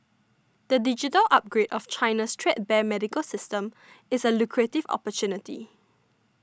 the digital upgrade of China's threadbare medical system is a lucrative opportunity